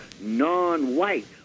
non-white